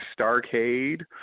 Starcade